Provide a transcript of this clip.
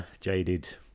jaded